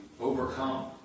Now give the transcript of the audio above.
overcome